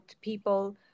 people